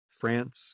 France